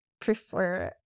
prefer